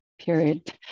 period